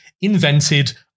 invented